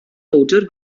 powdr